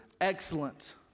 excellent